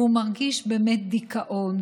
והוא מרגיש דיכאון,